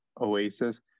Oasis